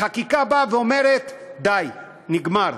החקיקה באה ואומרת: די, נגמר.